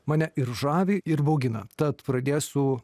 mane ir žavi ir baugina tad pradėsiu